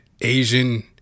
Asian